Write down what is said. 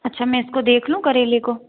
अच्छा मैं इसको देख लूँ करेले को